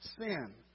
sin